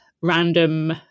random